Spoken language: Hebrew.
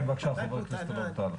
בבקשה ח"כ אלון טל.